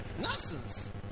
nonsense